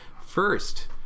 First